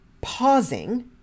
pausing